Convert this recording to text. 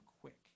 quick